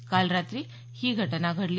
काल रात्री ही घटना घडली